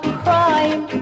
crime